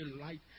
light